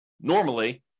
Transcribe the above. normally